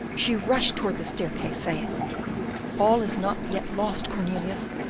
she rushed toward the staircase, saying all is not yet lost, cornelius.